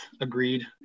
agreed